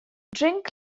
drink